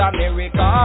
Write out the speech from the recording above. America